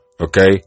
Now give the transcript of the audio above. Okay